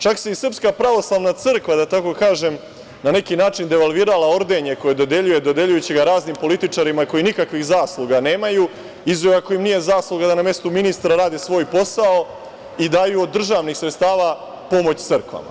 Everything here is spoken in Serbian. Čak se SPC, tako da kažem, na neki način devalvirala ordenje koje dodeljuje, dodeljujući ga raznim političarima koji nikakvih zasluga nemaju, izuzev ako im nije zasluga da na mestu ministra rade svoj posao i daju od državnih sredstava pomoć crkvama.